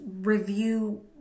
review